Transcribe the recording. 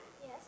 Yes